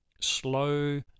slow